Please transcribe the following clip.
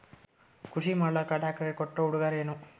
ಕೃಷಿ ಮಾಡಲಾಕ ಟ್ರಾಕ್ಟರಿ ಕೊಟ್ಟ ಉಡುಗೊರೆಯೇನ?